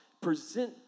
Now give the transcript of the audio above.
present